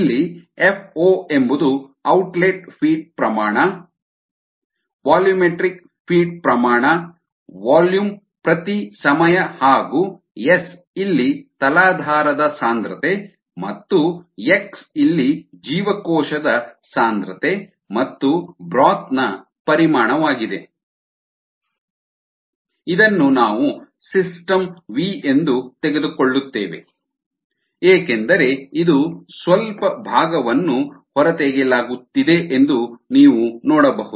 ಇಲ್ಲಿ F O ಎಂಬುದು outlet feed ಪ್ರಮಾಣ ವಾಲ್ಯೂಮೆಟ್ರಿಕ್ ಫೀಡ್ ಪ್ರಮಾಣ ವಾಲ್ಯೂಮ್ ಪ್ರತಿ ಸಮಯ ಹಾಗು ಎಸ್ ಇಲ್ಲಿ ತಲಾಧಾರದ ಸಾಂದ್ರತೆ ಮತ್ತು ಎಕ್ಸ್ ಇಲ್ಲಿ ಜೀವಕೋಶದ ಸಾಂದ್ರತೆ ಮತ್ತು ಬ್ರೋತ್ನ ಪರಿಮಾಣವಾಗಿದೆ ಇದನ್ನು ನಾವು ಸಿಸ್ಟಮ್ ವಿ ಎಂದು ತೆಗೆದುಕೊಳ್ಳುತ್ತೇವೆ ಏಕೆಂದರೆ ಇದರ ಸ್ವಲ್ಪ ಭಾಗವನ್ನು ಹೊರತೆಗೆಯಲಾಗುತ್ತಿದೆ ಎಂದು ನೀವು ನೋಡಬಹುದು